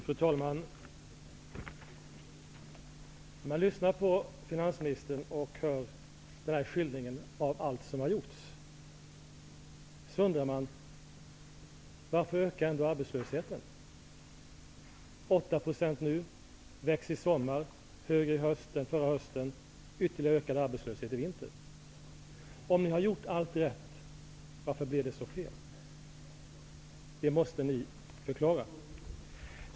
Fru talman! När man lyssnar till finansministern och får höra skildringen över allt som har gjorts, undrar man varför arbetslösheten ändå ökar. Arbetslösheten är nu 8 %, den kommer att växa under sommaren och vara högre i höst än förra hösten. Vi kommer att få ytterligare ökad arbetslöshet i vinter. Om ni har gjort allt rätt, varför blir det så fel? Det måste ni förklara.